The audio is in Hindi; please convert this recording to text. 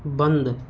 बंद